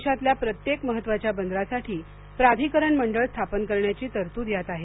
देशातल्या प्रत्येक महत्त्वाच्या बंदरासाठी प्राधिकरण मंडळ स्थापन करण्याची तरतूद यात आहे